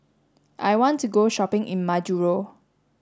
I want to go shopping in Majuro